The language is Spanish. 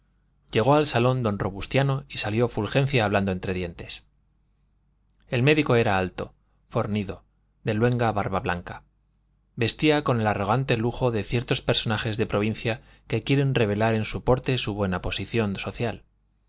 llegó al salón don robustiano y salió fulgencia hablando entre dientes el médico era alto fornido de luenga barba blanca vestía con el arrogante lujo de ciertos personajes de provincia que quieren revelar en su porte su buena posición social